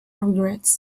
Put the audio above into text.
regrets